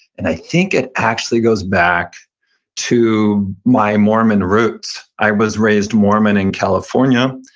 and i think it actually goes back to my mormon roots. i was raised mormon in california,